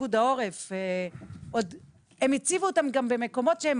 פיקוד העורף הציבו אותן במקומות שבהם